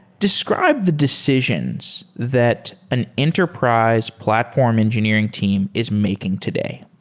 describe the decisions that an enterprise platform engineering team is making today.